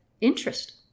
interest